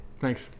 Thanks